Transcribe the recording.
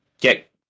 get